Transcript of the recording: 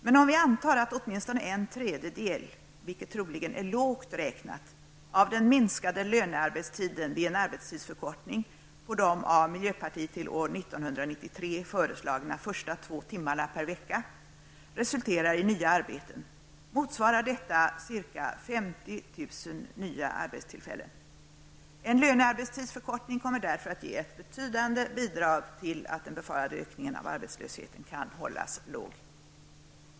Men om vi antar att åtminstone en tredjedel, vilket troligen är lågt räknat, av den minskade lönearbetstiden vid en arbetstidsförkortning på de av miljöpartiet till år 1993 föreslagna första två timmarna per vecka resulterar i nya arbeten, motsvarar detta cirka 50 000 nya arbetstillfällen. En lönearbetstidsförkortning kommer därför att ge ett betydande bidrag till att den befarade ökningen av arbetslösheten kan hållas låg.